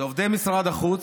אלה עובדי משרד החוץ,